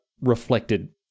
reflected